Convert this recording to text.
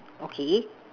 okay